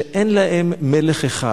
שאין להם מלך אחד,